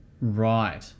right